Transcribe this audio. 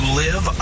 live